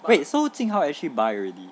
wait so jing hao actually buy already